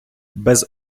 без